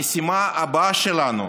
המשימה הבאה שלנו